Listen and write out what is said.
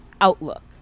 outlook